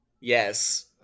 yes